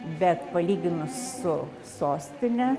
bet palyginus su sostine